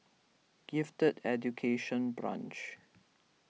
Gifted Education Branch